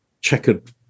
checkered